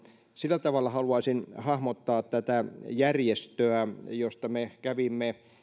sillä tavalla haluaisin hahmottaa tätä järjestöä josta me kävimme